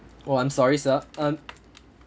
oh I'm sorry sir um